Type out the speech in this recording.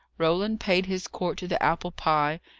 roland paid his court to the apple pie,